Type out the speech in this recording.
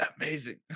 amazing